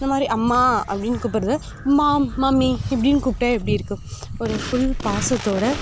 இந்த மாதிரி அம்மா அப்படின்னு கூப்பிறது மாம் மம்மி இப்படின்னு கூப்பிட்டா எப்படி இருக்கும் ஒரு ஃபுல் பாசத்தோட